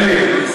תן לי.